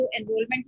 enrollment